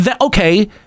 okay